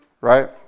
Right